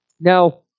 Now